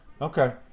Okay